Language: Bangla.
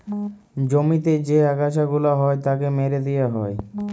জমিতে যে আগাছা গুলা হ্যয় তাকে মেরে দিয়ে হ্য়য়